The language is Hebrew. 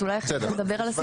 אז אולי כשנדבר על הסעיפים.